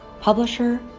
publisher